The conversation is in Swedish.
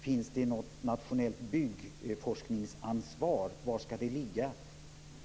Finns det något nationellt byggforskningsansvar och var skall det ligga?